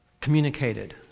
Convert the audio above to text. communicated